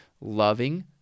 loving